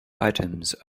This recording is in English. items